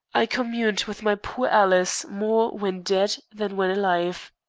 i communed with my poor alice more when dead than when alive.